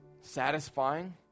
satisfying